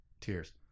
tears